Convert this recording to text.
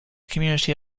community